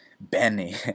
Benny